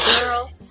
girl